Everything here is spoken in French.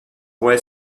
ouest